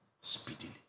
speedily